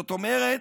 זאת אומרת,